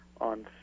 on